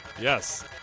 Yes